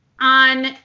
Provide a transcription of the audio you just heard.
on